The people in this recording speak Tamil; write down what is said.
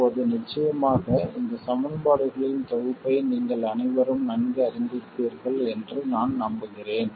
இப்போது நிச்சயமாக இந்த சமன்பாடுகளின் தொகுப்பை நீங்கள் அனைவரும் நன்கு அறிந்திருப்பீர்கள் என்று நான் நம்புகிறேன்